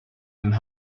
and